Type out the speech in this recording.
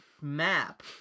map